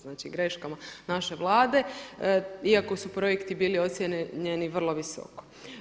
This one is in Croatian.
Znači greškama naše Vlade iako su projekti bili ocijenjeni vrlo visoko.